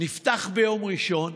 נפתח ביום ראשון,